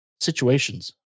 situations